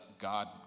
God